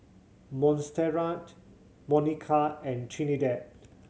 Montserrat Monika and Trinidad